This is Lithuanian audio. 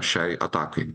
šiai atakai